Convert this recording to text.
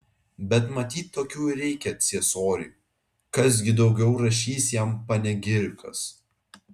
bet matyt tokių ir reikia ciesoriui kas gi daugiau rašys jam panegirikas